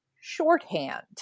shorthand